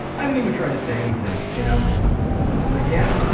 i didn't even try to say anything. you know i was like, yep.